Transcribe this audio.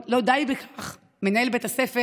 כאילו לא די בכך, מנהל בית הספר